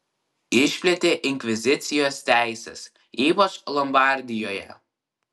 išplėtė inkvizicijos teises ypač lombardijoje